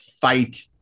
fight